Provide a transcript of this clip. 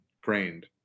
grained